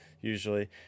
usually